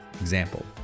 example